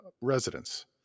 residents